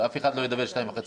אף אחד לא ידבר שתי דקות וחצי.